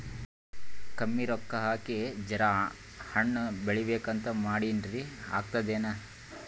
ಕಮ್ಮಿ ರೊಕ್ಕ ಹಾಕಿ ಜರಾ ಹಣ್ ಬೆಳಿಬೇಕಂತ ಮಾಡಿನ್ರಿ, ಆಗ್ತದೇನ?